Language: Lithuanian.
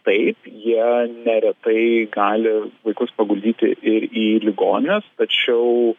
taip jie neretai gali vaikus paguldyti ir į ligonines tačiau